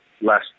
less